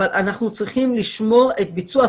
אבל אנחנו צריכים לשמור את הביצוע,